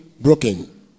broken